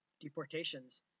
deportations